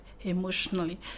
emotionally